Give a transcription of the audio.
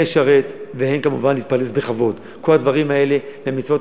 לשרת, והן, כמובן, להתפרנס בכבוד.